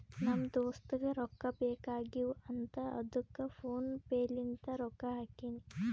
ನಮ್ ದೋಸ್ತುಗ್ ರೊಕ್ಕಾ ಬೇಕ್ ಆಗೀವ್ ಅಂತ್ ಅದ್ದುಕ್ ಫೋನ್ ಪೇ ಲಿಂತ್ ರೊಕ್ಕಾ ಹಾಕಿನಿ